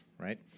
right